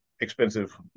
expensive